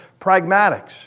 pragmatics